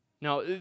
Now